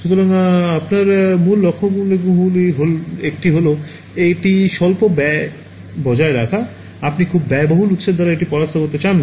সুতরাং আপনার মূল লক্ষ্যগুলির একটি হল এটি স্বল্প ব্যয় বজায় রাখা আপনি খুব ব্যয়বহুল উত্সের দ্বারা এটি পরাস্ত করতে চান না